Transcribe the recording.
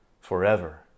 forever